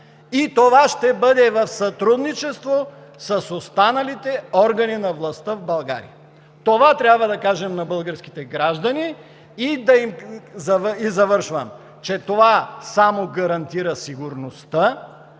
и това ще бъде в сътрудничество с останалите органи на властта в България. Това трябва да кажем на българските граждани и че това само гарантира сигурността,